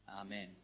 Amen